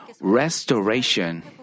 restoration